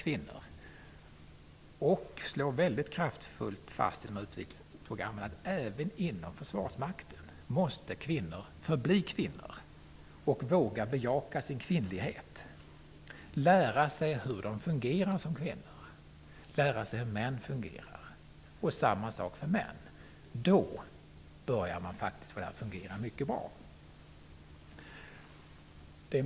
Man slår mycket klart fast i utvecklingsprogrammen att även inom försvarsmakten måste kvinnor förbli kvinnor och våga bejaka sin kvinnlighet. De måste lära sig hur de fungerar som kvinnor och hur män fungerar. Detsamma gäller för män. Då börjar det faktiskt kunna fungera mycket bra.